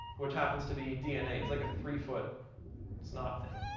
which happens to be dna. it's like a three-foot snot thing.